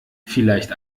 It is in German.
vielleicht